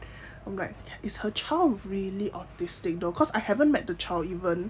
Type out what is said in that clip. like is her child really autistic though cause I haven't met the child even